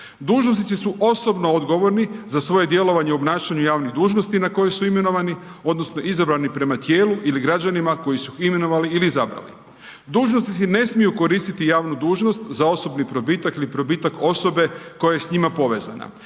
Dužnosnici su osobno odgovorni za svoje djelovanje u obnašanju javnih dužnosti na koje su imenovani odnosno izabrani prema tijelu ili građanima koji su ih imenovali ili izabrali. Dužnosnici ne smiju koristiti javnu dužnost za osobni probitak ili probitak osobe koja je s njima povezana,